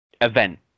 event